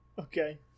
Okay